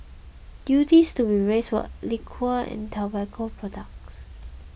duties to be raised for liquor and tobacco products